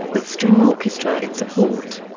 with string orchestra in support.